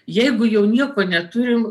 jeigu jau nieko neturim